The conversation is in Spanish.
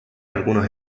algunos